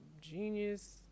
Genius